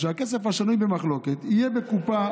שהכסף השנוי במחלוקת יהיה בקופה,